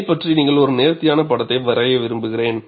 இதைப் பற்றி நீங்கள் ஒரு நேர்த்தியான படத்தை வரைய விரும்புகிறேன்